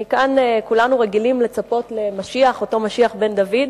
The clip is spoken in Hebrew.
כולנו רגילים לצפות למשיח, למשיח בן דוד,